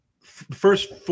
first